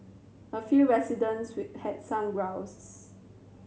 a few residents will had some grouses